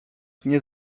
nie